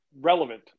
relevant